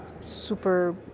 super